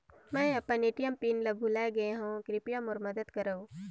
मैं अपन ATM pin ल भुला गे हवों, कृपया मोर मदद करव